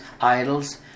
idols